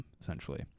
essentially